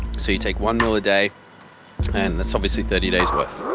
so you take one ml a day and that's obviously thirty days' worth.